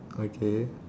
okay